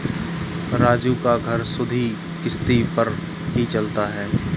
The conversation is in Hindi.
राजू का घर सुधि किश्ती पर ही चलता है